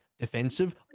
defensive